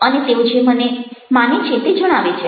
અને તેઓ જે માને છે તે જણાવે છે